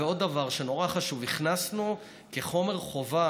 ועוד דבר שנורא חשוב: הכנסנו כחומר חובה